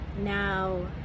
Now